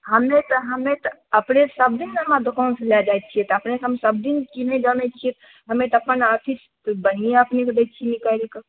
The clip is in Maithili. हमे तऽ हमे तऽ अपने सभदिना हमरा दोकान सँ लै जाइ छियै तऽ अपनेके हम सभदिन चिन्है जानै छियै हमे तऽ अपन अथी बढ़िआँ अपनेके दै छी निकालि कऽ